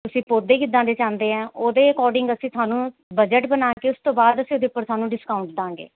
ਤੁਸੀਂ ਪੌਦੇ ਕਿੱਦਾਂ ਦੇ ਚਾਹੁੰਦੇ ਆ ਉਹਦੇ ਅਕੋਡਿੰਗ ਅਸੀਂ ਤੁਹਾਨੂੰ ਬਜਟ ਬਣਾ ਕੇ ਉਸ ਤੋਂ ਬਾਅਦ ਫਿਰ ਓਹਦੇ ਉੱਪਰ ਤੁਹਾਨੂੰ ਡਿਸਕਾਊਂਟ ਦਿਆਂਗੇ